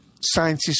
scientists